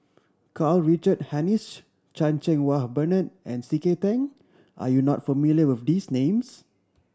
Karl Richard Hanitsch Chan Cheng Wah Bernard and C K Tang are you not familiar with these names